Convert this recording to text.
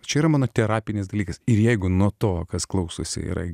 čia yra mano terapinis dalykas ir jeigu nuo to kas klausosi yra